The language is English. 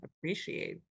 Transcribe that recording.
appreciate